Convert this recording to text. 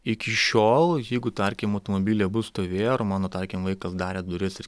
iki šiol jeigu tarkim automobiliai abu stovėjo ir mano tarkim vaikas darė duris ir